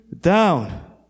down